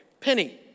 penny